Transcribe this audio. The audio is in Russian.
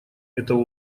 этого